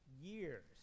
years